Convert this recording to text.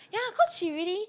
ya cause she really